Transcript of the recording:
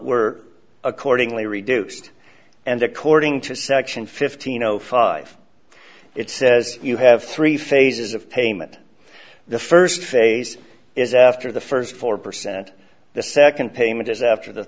were accordingly reduced and according to section fifteen zero five it says you have three phases of payment the first phase is after the first four percent the second payment is after the